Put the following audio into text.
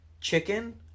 chicken